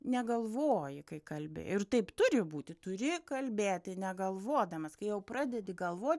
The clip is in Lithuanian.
negalvoji kai kalbi ir taip turi būti turi kalbėti negalvodamas kai jau pradedi galvot